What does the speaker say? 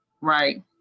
Right